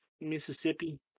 Mississippi